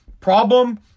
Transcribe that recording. Problem